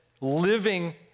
living